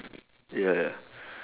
ya ya